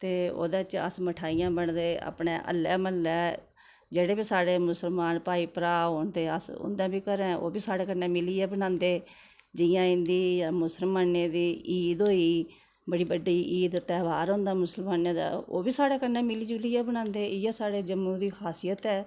ते ओह्दे च अस मठेइयां बंडदे अपने अल्लै म्हल्लै जेह्ड़े बी साढ़े मुस्लमान भाई भ्राऽ होन ते अस उं'दे बी घरें ओह् बी साढ़े कन्नै मिलियै बनांदे जियां इं'दी मुस्लमान दी ईद होई बड़ी बड्डी ईद ध्यहार होंदा मुस्लमान दा ओह् बी साढ़े कन्नै मिली जुलियै बनांदे इ'यै साढ़ै जम्मू दी खासियत ऐ